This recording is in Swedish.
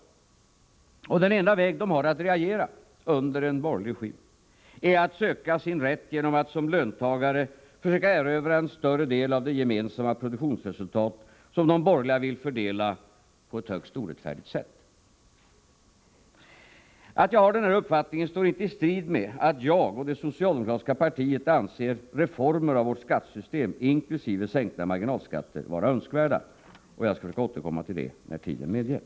Och den enda väg dessa har att reagera under en borgerlig regim är att söka sin rätt genom att som löntagare försöka erövra en större del av det gemensamma produktionsresultat som de borgerliga vill fördela på ett högst orättfärdigt sätt. Att jag har den här uppfattningen står inte i strid med att jag och det socialdemokratiska partiet anser reformer av vårt skattesystem inkl. sänkta marginalskatter vara önskvärda. Jag skall återkomma till det när tiden medger.